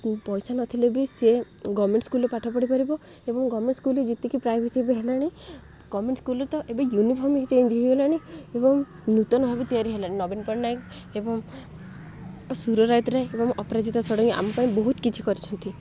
ପଇସା ନ ଥିଲେ ବି ସିଏ ଗଭରମେଣ୍ଟ୍ ସ୍କୁଲ୍ରେ ପାଠ ପଢ଼ିପାରିବ ଏବଂ ଗଭରମେଣ୍ଟ୍ ଯେତିକି ପ୍ରାଇଭେସିବି ହେଲାଣି ଗଭର୍ଣ୍ଣମେଣ୍ଟ୍ ସ୍କଲ୍ରେ ତ ଏବେ ୟୁନିଫର୍ମ୍ ବି ଚେଞ୍ଜ୍ ହେଇଗଲାଣି ଏବଂ ନୂତନ ଭାବେ ତିଆରି ହେଲାଣି ନବୀନ ପଟ୍ଟନାୟକ ଏବଂ ସୁର ରାୟତରାୟ ଏବଂ ଅପରାଜିତା ଷଡ଼ଙ୍ଗୀ ଆମ ପାଇଁ ବହୁତ କିଛି କରିଛନ୍ତି